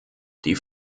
die